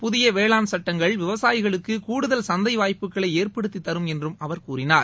புதிய வேளாண் சட்டங்கள் விவசாயிகளுக்கு கூடுதல் சந்தை வாய்ப்புக்களை ஏற்படுத்தித் தரும் என்றும் அவர் கூறினார்